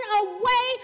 away